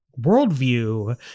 worldview